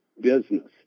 business